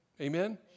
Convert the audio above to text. Amen